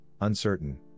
uncertain